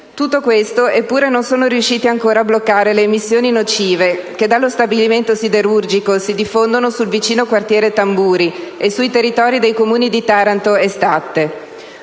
tutto questo, eppure non sono riusciti ancora a bloccare le emissioni nocive che dallo stabilimento siderurgico si diffondono sul vicino quartiere Tamburi e sui territori dei Comuni di Taranto e Statte.